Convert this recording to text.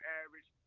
average